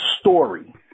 story